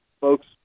folks